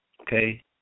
Okay